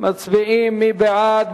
מי בעד?